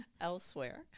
elsewhere